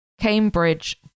cambridge